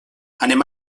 anem